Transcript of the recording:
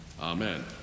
amen